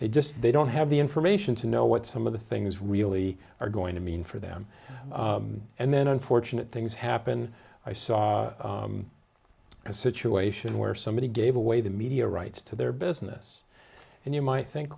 they just they don't have the information to know what some of the things really are going to mean for them and then unfortunate things happen i saw a situation where somebody gave away the media rights to their business and you might think